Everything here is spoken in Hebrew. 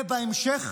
ובהמשך,